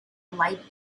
light